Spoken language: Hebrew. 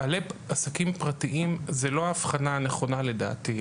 בעלי עסקים פרטיים זו לא ההבחנה הנכונה לדעתי,